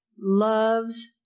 loves